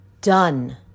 done